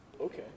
Okay